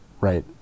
Right